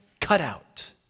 cutout